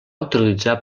utilitzar